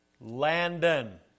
Landon